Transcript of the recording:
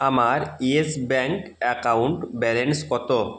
আমার Yes Bank account balance কত